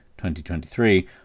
2023